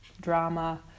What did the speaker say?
drama